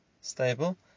stable